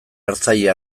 hartzaile